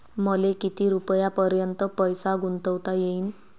मले किती रुपयापर्यंत पैसा गुंतवता येईन?